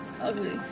ugly